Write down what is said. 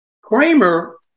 Kramer